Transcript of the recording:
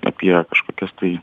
apie kažkokias tai